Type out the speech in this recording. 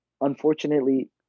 unfortunately